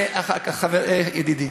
ידידי,